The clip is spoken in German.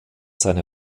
seine